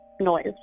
noise